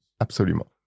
Absolument